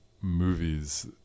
movies